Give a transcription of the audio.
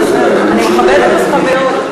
אני מכבדת אותך מאוד.